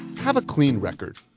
have a clean record.